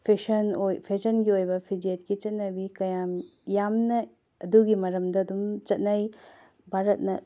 fashion ꯐꯦꯁꯟꯒꯤ ꯑꯣꯏꯕ ꯐꯤꯖꯦꯠꯀꯤ ꯆꯠꯅꯕꯤ ꯀꯌꯥꯝ ꯌꯥꯝꯅ ꯑꯗꯨꯒꯤ ꯃꯔꯝꯗ ꯑꯗꯨꯝ ꯆꯠꯅꯩ ꯚꯥꯔꯠꯅ